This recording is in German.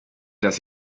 dass